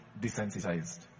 desensitized